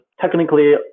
technically